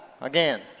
again